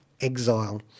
exile